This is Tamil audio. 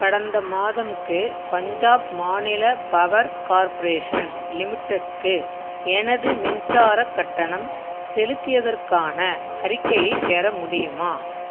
கடந்த மாதம்க்கு பஞ்சாப் மாநில பவர் கார்ப்பரேஷன் லிமிடெட்க்கு எனது மின்சாரக் கட்டணம் செலுத்தியதற்கான அறிக்கையைப் பெற முடியுமா